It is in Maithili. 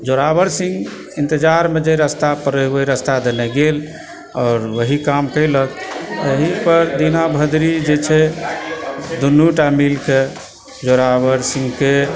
जोरावर सिंह इन्तजारमे जे रास्ता पर रहय ओहि रस्ता दने गेल आओर वही काम कयलक एहिपर दिना बद्री जे छै दुनुटा मिलके जोरावर सिंहके